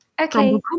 Okay